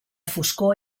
foscor